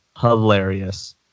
hilarious